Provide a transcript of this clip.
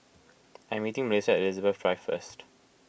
I am meeting Melisa at Elizabeth Drive first